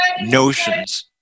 notions